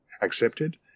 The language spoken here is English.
Accepted